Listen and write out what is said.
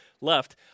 left